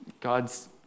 God's